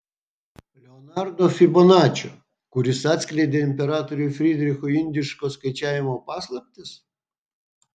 leonardo fibonačio kuris atskleidė imperatoriui frydrichui indiško skaičiavimo paslaptis